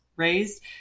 raised